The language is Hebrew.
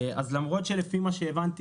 למרות שלפי מה שהבנתי,